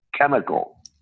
chemical